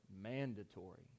mandatory